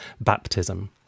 baptism